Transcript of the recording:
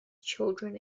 children